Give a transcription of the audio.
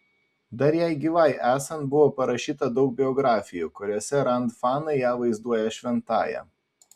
dar jai gyvai esant buvo parašyta daug biografijų kuriose rand fanai ją vaizduoja šventąja